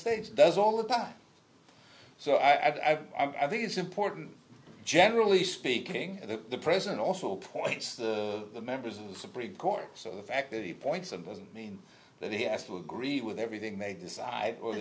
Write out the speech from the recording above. states does all the time so i think it's important generally speaking the president also points to the members of the supreme court so the fact that he points and doesn't mean that he has to greet with everything they decide o